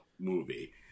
movie